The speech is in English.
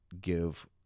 give